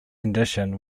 condition